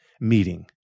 meeting